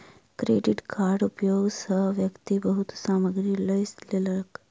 credit कार्डक उपयोग सॅ व्यक्ति बहुत सामग्री लअ लेलक